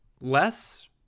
less